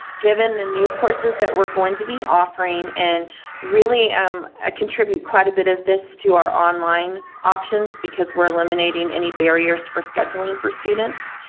given the new courses that we're going to be offering and really um ah contribute quite a bit of this to our online options because we're eliminating any barriers for scheduling for students,